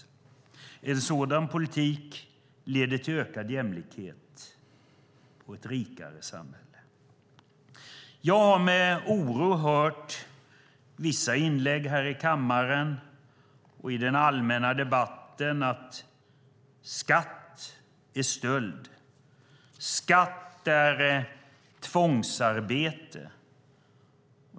En sådan politik leder till ökad jämlikhet och ett rikare samhälle. Jag har med oro hört vissa inlägg här i kammaren och i den allmänna debatten om att skatt är stöld, att skatt är tvångsarbete.